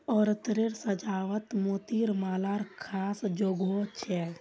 औरतेर साज्वात मोतिर मालार ख़ास जोगो छे